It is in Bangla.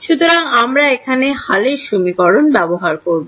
সুতরাং আমরা এখানে হালের সমীকরণ ব্যবহার করব